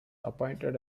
appointed